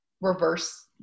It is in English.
reverse